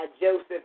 Joseph